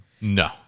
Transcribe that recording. No